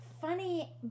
funny